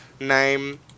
name